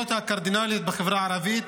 הקרדינליות בחברה הערבית,